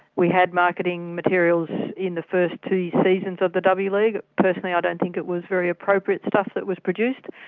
we had marketing materials in the first two seasons of the ah w-league. personally, i don't think it was very appropriate stuff that was produced,